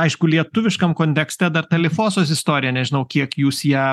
aišku lietuviškam kontekste dar ta lifosos istorija nežinau kiek jūs ją